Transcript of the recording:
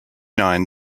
nine